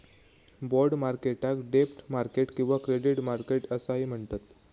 bond मार्केटाक डेब्ट market किंवा क्रेडिट मार्केट असाही म्हणतत